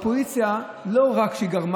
לא רק שהאופוזיציה גרמה,